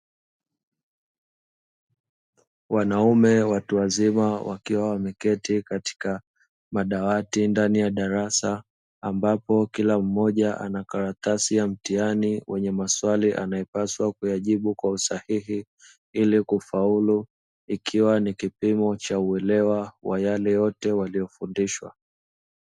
Wanaume watu wazima wakiwa wameketi katika madawati ndani ya darasa, ambapo kila mmoja ana karatasi ya mtihani wenye maswali anayopaswa kuyajibu kwa sahihi ili kufaulu ikiwa ni kipimo cha uelewa wa yale yote waliyofundishwa.